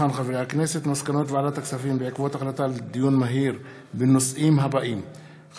מסקנות ועדת הכספים בעקבות דיונים מהירים בהצעתם של